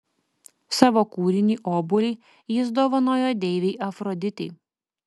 savo kūrinį obuolį jis dovanojo deivei afroditei